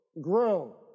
grow